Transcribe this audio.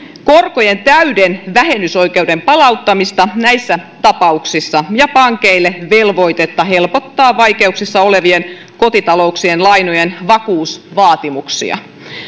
korkojen täyden vähennysoikeuden palauttamista näissä tapauksissa ja pankeille velvoitetta helpottaa vaikeuksissa olevien kotitalouksien lainojen vakuusvaatimuksia